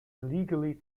illegally